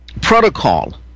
protocol